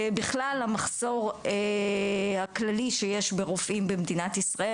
בכלל המחסור הכללי שיש ברופאים במדינת ישראל.